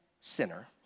sinner